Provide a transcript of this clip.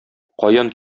каян